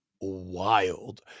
wild